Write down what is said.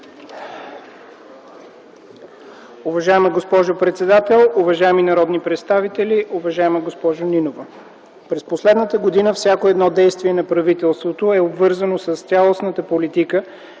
Уважаема госпожо председател, уважаеми народни представители, уважаема госпожо Нинова! През последната година всяко едно действие на правителството е обвързано с цялостната политика,